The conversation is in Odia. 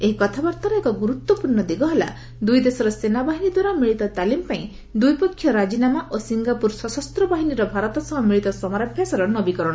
ଏହି କଥାବାର୍ତ୍ତାର ଏକ ଗୁରୁତ୍ୱପୂର୍ଣ୍ଣ ଦିଗ ହେଲା ଦୁଇ ଦେଶର ସେନାବାହିନୀ ଦ୍ୱାରା ମିଳିତ ତାଲିମ୍ ପାଇଁ ଦ୍ୱିପକ୍ଷୀୟ ରାଜିନାମା ଓ ସିଙ୍ଗାପୁର ସଶସ୍ତ ବାହିନୀର ଭାରତ ସହ ମିଳିତ ସମରାଭ୍ୟାସର ନବୀକରଣ